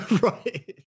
Right